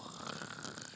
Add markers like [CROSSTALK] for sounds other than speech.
[NOISE]